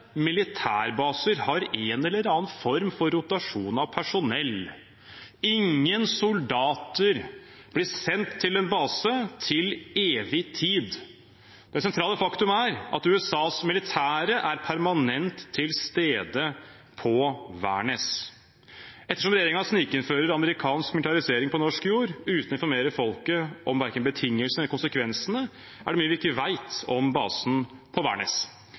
militærbaser har en eller annen form for rotasjon av personell. Ingen soldater blir sendt til en base til evig tid. Det sentrale faktum er at USAs militære er permanent til stede på Værnes. Ettersom regjeringen snikinnfører amerikansk militarisering på norsk jord, uten å informere folket om verken betingelsene eller konsekvensene, er det mye vi ikke vet om basen på